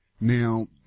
Now